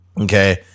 Okay